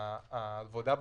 העבודה בחגים,